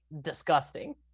disgusting